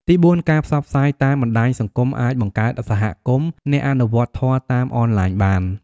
ទីបួន ការផ្សព្វផ្សាយតាមបណ្ដាញសង្គមអាចបង្កើតសហគមន៍អ្នកអនុវត្តធម៌តាមអនឡាញបាន។